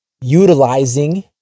utilizing